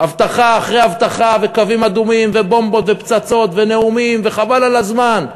הבטחה אחרי הבטחה וקווים אדומים ובומבות ופצצות ונאומים וחבל על הזמן,